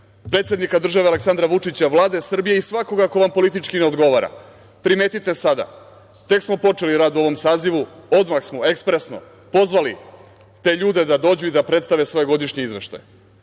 predsednika države Aleksandra Vučića, Vlade Srbije i svakoga ko vam politički ne odgovara, primetite sada, tek smo počeli rad u ovom sazivu, odmah smo, ekspresno pozvali te ljude da dođu i da predstave svoje godišnje izveštaje.